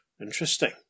Interesting